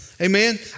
Amen